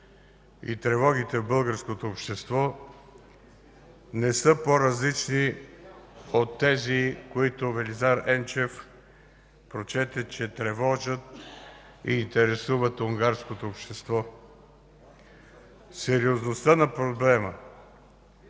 и тревогите в българското общество не са по-различни от тези, които Велизар Енчев прочете, че тревожат и интересуват унгарското общество. Сериозността на проблема